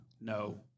no